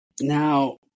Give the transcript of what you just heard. Now